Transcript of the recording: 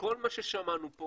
שכל מה ששמענו פה